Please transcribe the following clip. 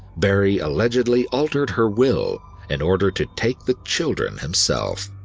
barrie allegedly altered her will in order to take the children himself.